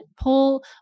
Pull